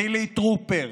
חילי טרופר,